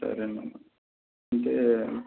సరే మేడం అంటే